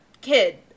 kid